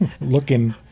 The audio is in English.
looking